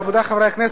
רבותי חברי הכנסת,